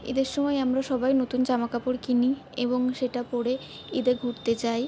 ঈদের সময় আমরা সবাই নতুন জামা কাপড় কিনি এবং সেটা পরে ঈদে ঘুরতে যাই